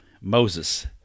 Moses